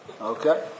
Okay